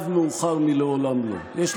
חברת